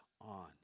on